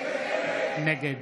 נגד